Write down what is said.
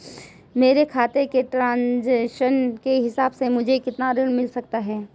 मेरे खाते के ट्रान्ज़ैक्शन के हिसाब से मुझे कितना ऋण मिल सकता है?